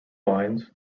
lines